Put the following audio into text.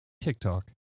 TikTok